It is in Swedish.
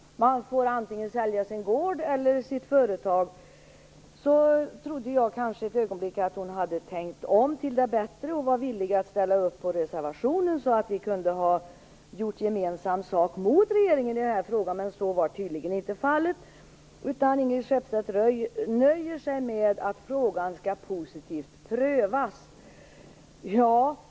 De får sälja sina gårdar eller företag. När jag hörde det trodde jag för ett ögonblick att hon hade tänkt om till det bättre och var villig att ställa upp på reservationen. Då kunde vi ha gjort gemensam sak mot regeringen i den här frågan. Men så var tydligen inte fallet. Inger Skeppstedt nöjer sig med att frågan skall prövas positivt.